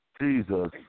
Jesus